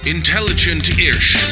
Intelligent-ish